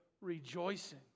rejoicing